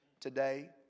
today